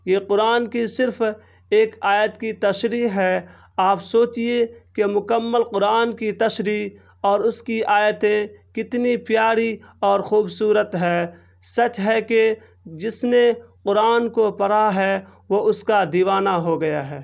یہ قرآن کی صرف ایک آیت کی تشریح ہے آپ سوچیے کہ مکمل قرآن کی تشریح اور اس کی آیتیں کتنی پیاری اور خوبصورت ہے سچ ہے کہ جس نے قرآن کو پڑھا ہے وہ اس کا دیوانہ ہو گیا ہے